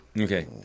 Okay